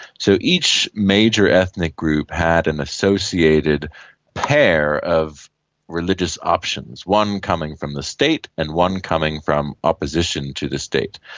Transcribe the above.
so each major ethnic group had an associated pair of religious options, one coming from the state and one coming from opposition to the state.